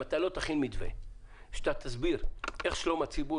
אם אתה לא תכין מתווה שאתה תסביר איך שלום הציבור